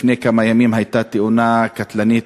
לפני כמה ימים הייתה תאונה קטלנית